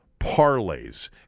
parlays